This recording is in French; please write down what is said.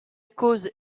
cause